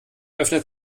öffnet